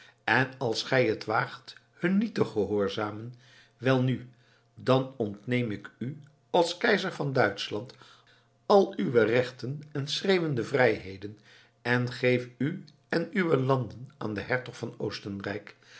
en als gij het waagt hun niet te gehoorzamen welnu dan ontneem ik u als keizer van duitschland al uwe rechten en schreeuwende vrijheden en geef u en uwe landen aan den hertog van oostenrijk